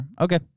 Okay